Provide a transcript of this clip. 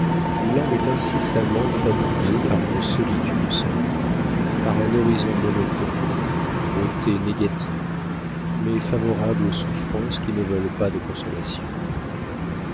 l'âme est incessamment fatiguée par une solitude sans voix par un horizon monotone beautés négatives mais favorables aux souffrances qui ne veulent pas de consolations